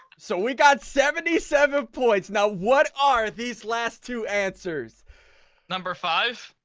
so we got seventy seven points now. what are these last two answers number five?